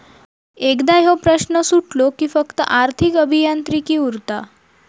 एकदा ह्यो प्रश्न सुटलो कि फक्त आर्थिक अभियांत्रिकी उरता